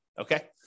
okay